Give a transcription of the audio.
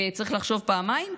צריך לחשוב פעמיים,